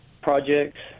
projects